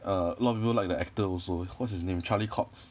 err a lot of people like the actor also what's his name charlie cox